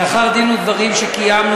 לאחר דין ודברים שקיימנו,